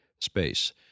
space